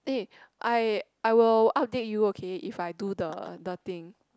eh I I will update you okay if I do the the thing